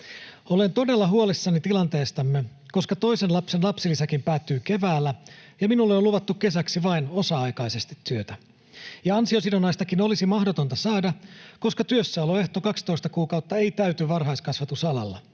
Olen todella huolissani tilanteestamme, koska toisen lapsen lapsilisäkin päättyy keväällä ja minulle on luvattu kesäksi vain osa-aikaisesti työtä. Ja ansiosidonnaistakin olisi mahdotonta saada, koska työssäoloehto, 12 kuukautta, ei täyty varhaiskasvatusalalla.